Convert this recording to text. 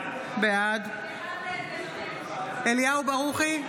בעד אליהו ברוכי,